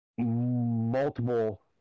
multiple